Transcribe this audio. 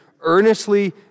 earnestly